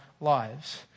lives